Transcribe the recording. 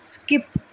skip